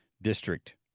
district